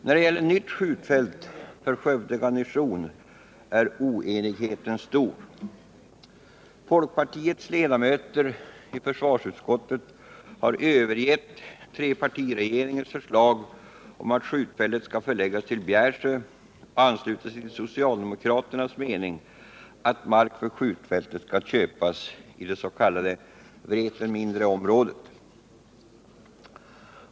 När det gäller nytt skjutfält för Skövde garnison är oenigheten stor. Folkpartiets ledamöter i försvarsutskottet har övergett trepartiregeringens förslag om att skjutfältet skall förläggas till Bjärsjö och ansluter sig till socialdemokraternas mening att mark för skjutfältet skall köpas i det s.k. Vreten mindre-området.